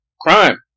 Crime